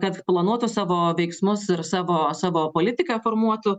kad planuotų savo veiksmus ir savo savo politiką formuotų